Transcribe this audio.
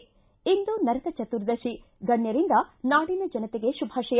ಿ ಇಂದು ನರಕ ಚದುರ್ಶಶಿ ಗಣ್ನರಿಂದ ನಾಡಿನ ಜನತೆಗೆ ಶುಭಾಶಯ